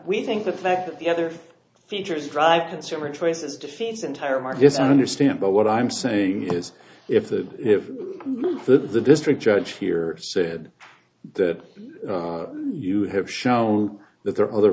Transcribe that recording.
we think the fact that the other features drive consumer choices defeats entire markets understand but what i'm saying is if the if the district judge here said that you have shown that there are other